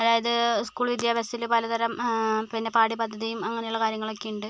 അതായത് സ്കൂൾ വിദ്യാഭ്യാസത്തില് പല തരം പിന്നെ പാഠ്യ പദ്ധതിയും അങ്ങനെയുള്ള കാര്യങ്ങളൊക്കെ ഉണ്ട്